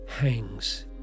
hangs